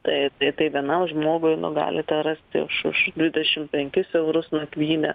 taip tai tai vienam žmogui nu galite rasti už už dvidešim penkis eurus nakvynę